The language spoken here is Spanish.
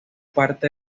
parte